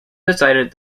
decided